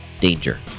danger